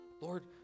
Lord